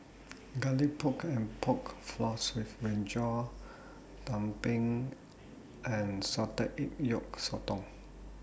Garlic Pork and Pork Floss with Brinjal Tumpeng and Salted Egg Yolk Sotong